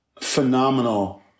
phenomenal